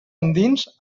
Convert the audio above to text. endins